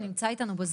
הוא נמצא איתנו בזום?